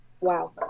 Wow